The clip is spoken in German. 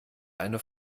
eine